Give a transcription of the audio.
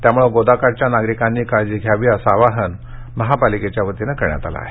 त्यामुळे गोदाकाठच्या नागरिकांनी काळजी घ्यावी असे आवाहन महापालिकेच्या वतीने करण्यात आले आहे